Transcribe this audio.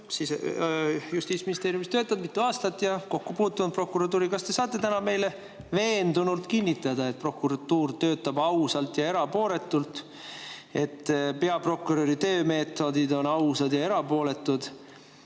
seal Justiitsministeeriumis töötanud mitu aastat ja kokku puutunud prokuratuuriga. Kas te saate täna meile veendunult kinnitada, et prokuratuur töötab ausalt ja erapooletult, et peaprokuröri töömeetodid on ausad ja erapooletud?